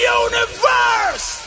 universe